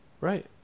Right